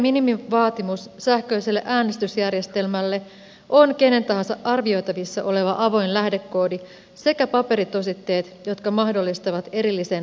vihreiden minimivaatimus sähköiselle äänestysjärjestelmälle on kenen tahansa arvioitavissa oleva avoin lähdekoodi sekä paperitositteet jotka mahdollistavat erillisen tarkistuslaskennan